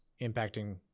impacting